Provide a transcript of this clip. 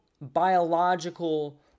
biological